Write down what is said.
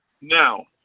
Now